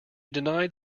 denied